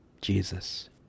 Jesus